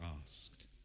asked